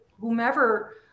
whomever